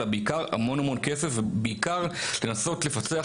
אלא בעיקר המון המון כסף ובעיקר לנסות לפצח,